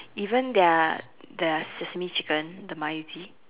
even their their sesame chicken the 麻油鸡